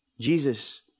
Jesus